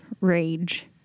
rage